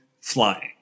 flying